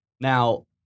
Now